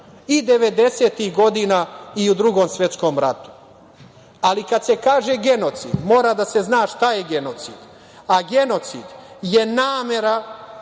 i 90-ih godina i u Drugom svetskom ratu, ali kada se kaže genocid, mora da se zna šta je genocid. Genocid je namera